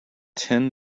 ten